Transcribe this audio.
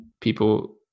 people